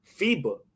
FIBA